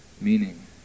meaning